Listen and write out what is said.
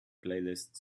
playlist